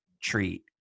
treat